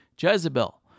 Jezebel